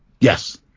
Yes